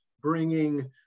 bringing